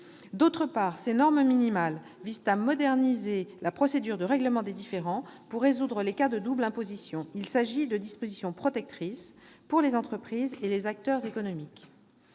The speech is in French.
D'autre part, ces normes minimales visent à moderniser la procédure de règlement des différends pour résoudre les cas de double imposition. Il s'agit de dispositions protectrices pour les entreprises et les acteurs économiques.